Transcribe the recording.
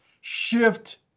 shift